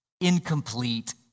incomplete